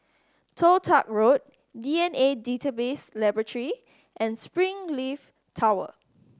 Toh Tuck Road D N A Database Laboratory and Springleaf Tower